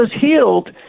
healed